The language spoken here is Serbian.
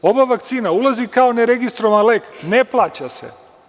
Ova vakcina ulazi kao neregistrovan lek, ne plaća se.